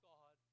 God